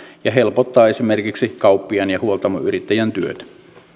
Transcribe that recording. ja helpottaa esimerkiksi kauppiaan ja huoltamoyrittäjän työtä